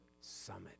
summit